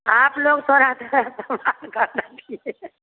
आप लोग थोड़ा संभाल कर रखिए